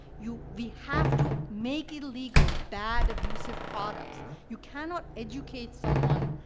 you we have to make illegal bad, abusive products. you cannot educate someone,